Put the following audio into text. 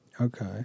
Okay